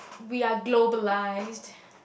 we are globalised